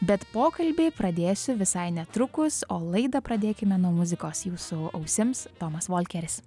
bet pokalbį pradėsiu visai netrukus o laidą pradėkime nuo muzikos jūsų ausims tomas volkeris